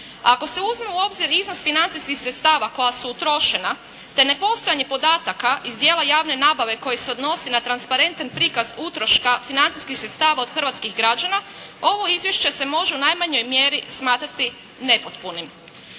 Ako se uzme u obzir iznos financijskih sredstava koja su utrošena te nepostojanje podataka iz dijela javne nabave koji se odnosi na transparentan prikaz utroška financijskih sredstava od hrvatskih građana, ovo izvješće se može u najmanjoj mjeri smatrati nepotpunim.